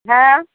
हाँ